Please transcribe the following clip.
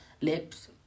lips